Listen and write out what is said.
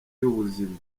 y’ubuzima